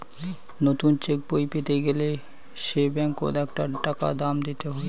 নতুন চেকবই পেতে গেলে সে ব্যাঙ্কত আকটা টাকা দাম দিত হই